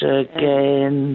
again